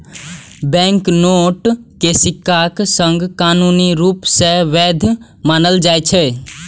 banknote कें सिक्काक संग कानूनी रूप सं वैध मानल जाइ छै